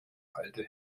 alte